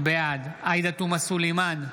בעד עאידה תומא סלימאן,